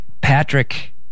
Patrick